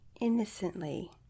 innocently